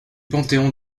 panthéon